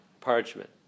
parchment